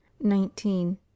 nineteen